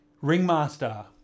Ringmaster